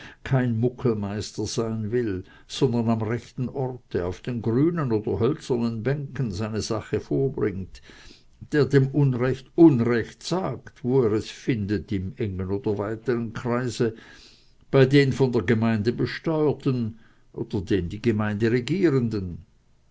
kein muckelmeister sein will sondern am rechten orte auf den grünen oder hölzernen bänken seine sache vorbringt der dem unrecht unrecht sagt wo er es findet im engen oder weitern kreise bei den von der gemeinde besteuerten oder den die gemeinde regierenden